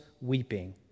weeping